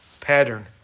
Pattern